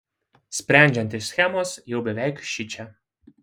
sprendžiant iš schemos jau beveik šičia